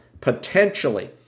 potentially